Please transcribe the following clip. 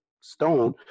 stone